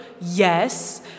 Yes